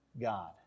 God